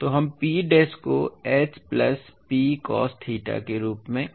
तो हम P dash को H plus P cos theta के रूप में